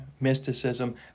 mysticism